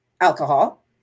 alcohol